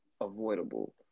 avoidable